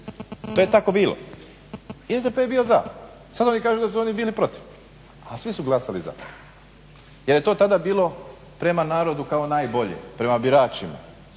To je tako bilo. SDP je bio za. Sada oni kažu da su oni bili protiv, a svi su glasali za, jer je to tada bilo prema narodu kao najbolje, prema biračima.